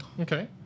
Okay